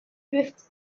drifts